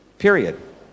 Period